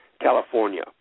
California